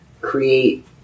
create